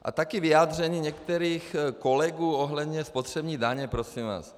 A taky vyjádření některých kolegů ohledně spotřební daně, prosím vás.